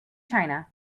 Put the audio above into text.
china